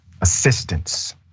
assistance